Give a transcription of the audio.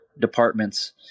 departments